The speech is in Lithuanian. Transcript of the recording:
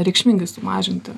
reikšmingai sumažinti